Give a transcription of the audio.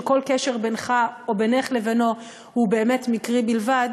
כשכל קשר בינךָ או בינךְ לבינו הוא באמת מקרי בלבד,